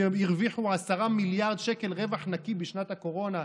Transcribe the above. שהרוויחו 10 מיליארד שקל רווח נקי בשנת הקורונה,